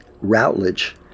Routledge